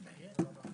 הישיבה ננעלה בשעה